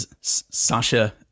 Sasha